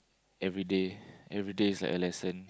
everyday everyday is like a lesson